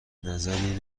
نظری